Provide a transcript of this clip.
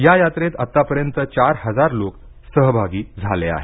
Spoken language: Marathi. या यात्रेत आतापर्यंत चार हजार लोक सहभागी झाले आहेत